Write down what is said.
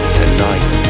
tonight